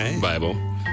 Bible